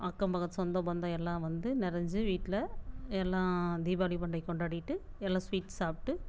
அக்கம் பக்கம் சொந்தம் பந்தம் எல்லாம் வந்து நிறைஞ்சி வீட்டில் எல்லாம் தீபாவளி பண்டிகை கொண்டாடிட்டு எல்லாம் ஸ்வீட் சாப்பிட்டு